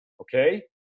Okay